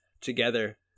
together